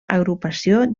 agrupació